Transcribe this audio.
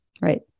Right